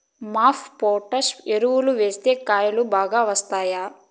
MOP potash ఎరువులు వేస్తే కాయలు బాగా వస్తాయా?